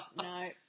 No